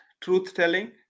truth-telling